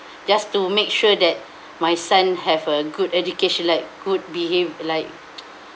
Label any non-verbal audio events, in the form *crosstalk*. *breath* just to make sure that *breath* my son have a good education like could behave like *noise*